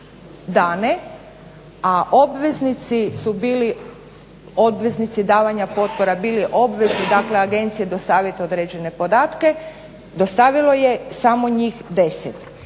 dane, a obveznici davanja potpora su bili obvezni agenciji dostaviti određene podatke dostavilo je samo njih 10.